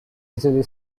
easily